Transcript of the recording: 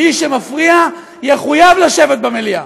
מי שמפריע יחויב לשבת במליאה.